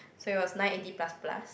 so it was nine eighty plus plus